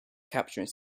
capturing